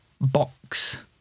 box